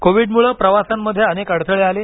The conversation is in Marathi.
कोविडमुळे प्रवासांमध्ये अनेक अडथळे आले